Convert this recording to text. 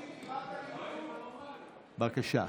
בבקשה.